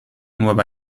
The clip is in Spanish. nueva